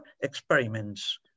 experiments